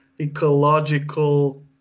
ecological